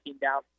down